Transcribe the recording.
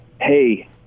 Hey